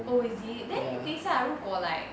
oh is it then 等一下如果 like